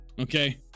Okay